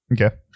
Okay